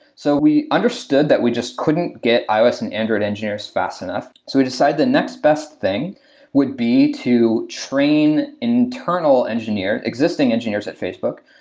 so, we understood that we just couldn't get ios and android engineers fast enough. so we decide the next best thing would be to train internal engineers, existing engineers at facebook,